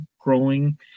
growing